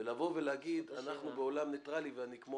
ולבוא ולהגיד "אנחנו בעולם ניטראלי ואני כמו